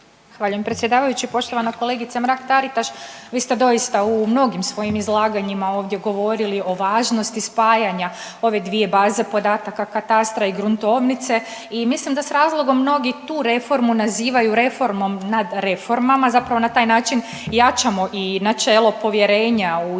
Zahvaljujem predsjedavajući, poštovana kolegice Mrak-Taritaš. Vi ste doista u mnogim svojim izlaganjima ovdje govorili o važnosti spajanja ove dvije baze podataka, katastra i gruntovnice i mislim da s razlogom mnogi tu reformu nazivaju reformom nad reformama, zapravo na taj način jačamo i načelo povjerenja u